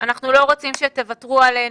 אנחנו לא רוצים שתוותרו עלינו,